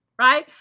right